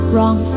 Wrong